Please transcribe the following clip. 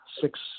six